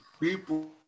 people